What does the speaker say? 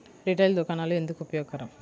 Retail దుకాణాలు ఎందుకు ఉపయోగకరం?